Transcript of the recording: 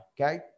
Okay